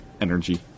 energy